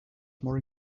more